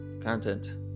content